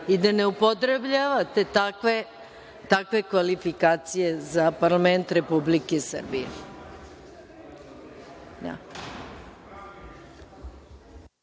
i da ne upotrebljavate takve kvalifikacije za parlament Republike Srbije.